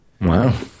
Wow